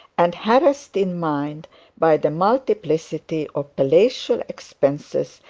and harassed in mind by the multiplicity of palatial expenses,